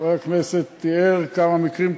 חבר הכנסת תיאר כמה מקרים קשים,